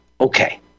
Okay